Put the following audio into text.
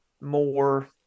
more